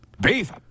Beef